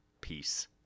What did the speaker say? Peace